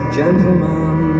gentlemen